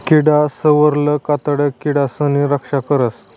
किडासवरलं कातडं किडासनी रक्षा करस